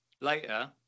later